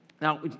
Now